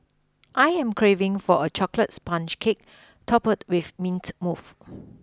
I am craving for a chocolate sponge cake topped with mint mousse